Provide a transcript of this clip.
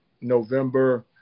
November